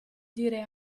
dire